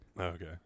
Okay